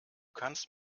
kannst